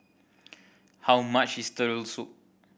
how much is Turtle Soup